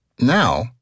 Now